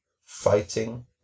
fighting